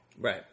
Right